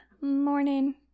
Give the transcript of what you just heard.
morning